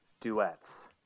duets